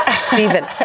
Stephen